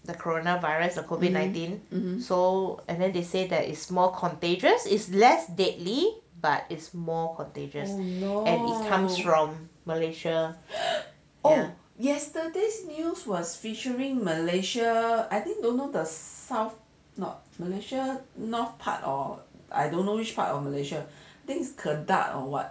the corona virus or COVID nineteen so and then they say that is more contagious is less deadly but it's more contagious and it comes from malaysia